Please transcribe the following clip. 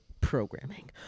programming